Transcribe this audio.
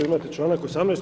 Imate članak 18.